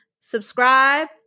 Subscribe